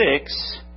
six